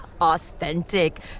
authentic